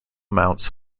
mounts